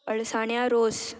अळसाण्या रोस